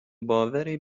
باور